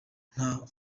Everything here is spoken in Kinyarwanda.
nta